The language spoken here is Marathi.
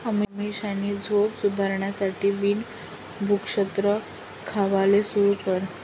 अमीषानी झोप सुधारासाठे बिन भुक्षत्र खावाले सुरू कर